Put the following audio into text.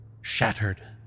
shattered